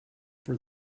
for